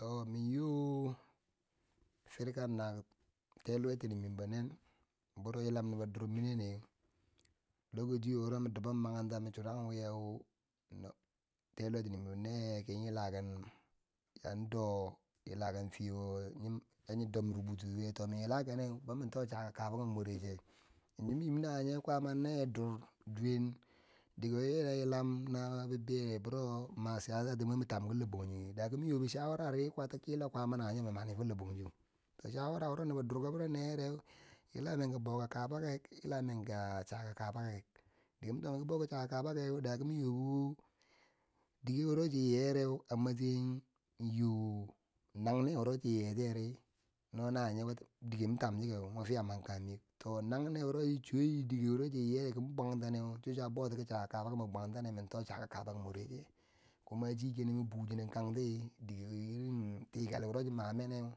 To, min nyo firka nak tiluwe tini mimbo nen, biro yilom nobbo dur mineneu, lokacindo wuro mi dibom makaranta mi chirang weyeu, nob teluwe tinimimbo neyeuki yilaken ya do yila ken fiye wo yanyo don rubutu tiyiyeu, to mi yila keneu bo mm to chaka kaba moreche yanzu min nyim nawonyeu kwaama nenyeduri duwen dikewo yila yilan na bibeiyo wuro ma chiyasa tiyere mo min tam ki lobanjangeda kimi nyobo shawarari, kila kwa ama na wureu mm mami folo banjang shara wuro nobodor ko ne nyereu jila menki chaka kabake yila menki boka kaba ke, dike mi tokmiki chaka kabakiyeu da kimi nyobo dike wuro chi nyiyere a masasi nyo nage wurochi nyi nye tiyeri no na wonyeu dike min tanchek mwo fiya man kangmik to nagnne wuro dike wuro chi chi yiye ki bwanteneu cho chuwo abouti ki chaka kabake mwo bwantene min to cheka kaba moreche, kumachi kineumin buchinen kanti dike irim tikuli wuro chima meneu,